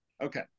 Okay